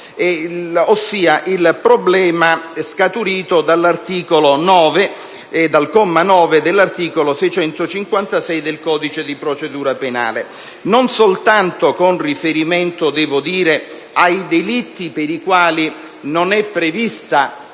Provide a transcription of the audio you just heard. Commissione), scaturito dal comma 9 dell'articolo 656 del codice di procedura penale, non soltanto con riferimento ai delitti per i quali non è prevista